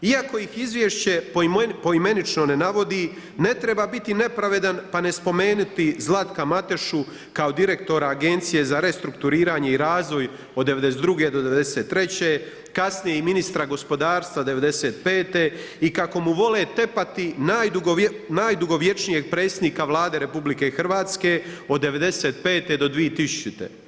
Iako ih izvješće poimenične ne navodi, ne treba biti nepravedan, pa spomenuti Zlatka Matešu, kao direktora Agencije za restrukturiranje i razvoj od '92.-'93. kasnije i ministra gospodarstva '95. i kako mu vole tepati, najdugovječnije predsjednika Vlade RH od '95.-2000.